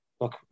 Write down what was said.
look